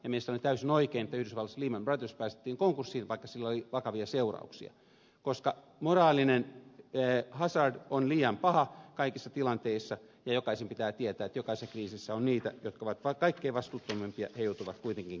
mielestäni oli täysin oikein että yhdysvalloissa lehman brothers päästettiin konkurssin vaikka sillä oli vakavia seurauksia koska moraalinen hazard on liian paha kaikissa tilanteissa ja jokaisen pitää tietää että kun jokaisessa kriisissä on niitä jotka ovat kaikkein vastuuttomimpia he joutuvat kuitenkin kärsimään